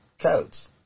Codes